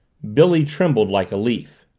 billy trembled like a leaf.